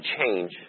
change